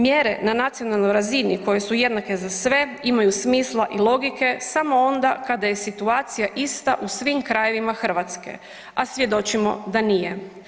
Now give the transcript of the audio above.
Mjere na nacionalnoj razini koje su jednake za sve imaju smisla i logike samo onda kada je situacija ista u svim krajevima Hrvatske, a svjedočimo da nije.